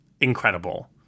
incredible